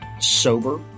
Sober